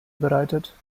bereitet